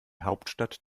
hauptstadt